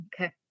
okay